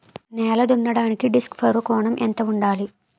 నేల దున్నడానికి disc furrow కోణం ఎంత ఉండాలి?